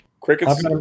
Crickets